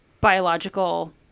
biological